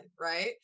right